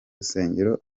rusengero